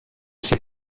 ses